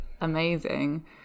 amazing